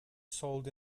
sold